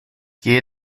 gehe